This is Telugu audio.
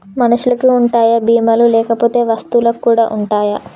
మనుషులకి ఉంటాయా బీమా లు లేకపోతే వస్తువులకు కూడా ఉంటయా?